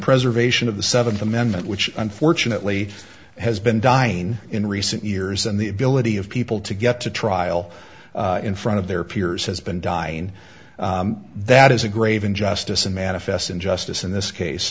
preservation of the seventh amendment which unfortunately has been dying in recent years and the ability of people to get to trial in front of their peers has been dying that is a grave injustice and manifest injustice in this case